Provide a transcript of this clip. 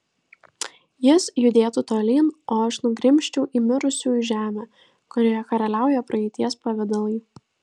jis judėtų tolyn o aš nugrimzčiau į mirusiųjų žemę kurioje karaliauja praeities pavidalai